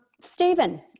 Stephen